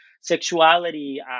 sexuality